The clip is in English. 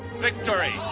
victory.